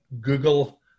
Google